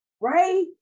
Right